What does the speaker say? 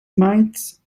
might